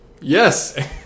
Yes